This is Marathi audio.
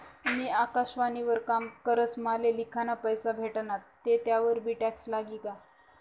मी आकाशवाणी वर काम करस माले लिखाना पैसा भेटनात ते त्यावर बी टॅक्स लागी का?